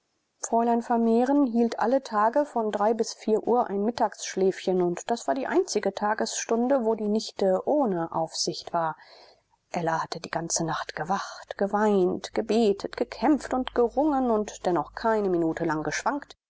fräulein vermehren hielt alle tage von drei bis vier uhr ein mittagsschläfchen und das war die einzige tagesstunde wo die nichte ohne aufsicht war ella hatte die ganze nacht gewacht geweint gebetet gekämpft und gerungen und dennoch keine minute lang geschwankt